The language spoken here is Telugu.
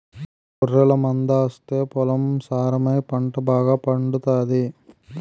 గొర్రెల మందాస్తే పొలం సారమై పంట బాగాపండుతాది